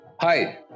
Hi